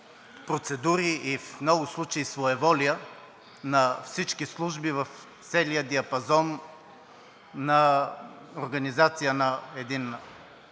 процедури и в много случаи своеволия на всички служби в целия диапазон на организация на един